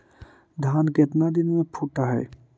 धान केतना दिन में फुट है?